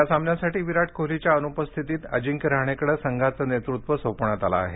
या सामन्यासाठी विराट कोहलीच्या अनुपस्थितीत अजिंक्य रहाणेकडे संघाचं नेतृत्व सोपवण्यात आलं आहे